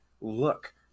look